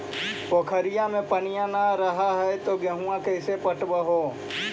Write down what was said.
पोखरिया मे पनिया न रह है तो गेहुमा कैसे पटअब हो?